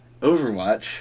Overwatch